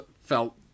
felt